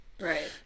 Right